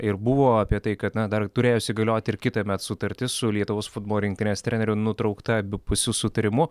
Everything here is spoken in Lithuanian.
ir buvo apie tai kad na dar turėjo įsigalioti kitąmet sutartis su lietuvos futbolo rinktinės treneriu nutraukta abipusiu sutarimu